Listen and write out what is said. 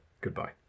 Goodbye